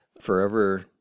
forever